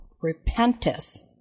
repenteth